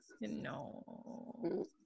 no